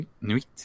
Nuit